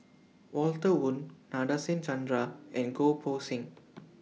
Walter Woon Nadasen Chandra and Goh Poh Seng